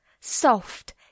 soft